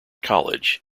college